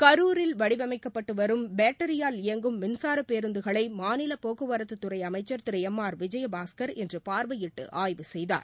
கரூரில் வடிவமைக்கப்பட்டு வரும் பேட்டரியால் இயங்கும் மின்சார பேருந்துகளை மாநில போக்குவரத்துத் துறை அமைச்சர் திரு எம் ஆர் விஜயபாஸ்கர் இன்று பார்வையிட்டு ஆய்வு செய்தார்